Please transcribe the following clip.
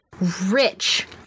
rich